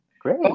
Great